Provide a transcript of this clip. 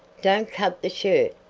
don't cut the shirt,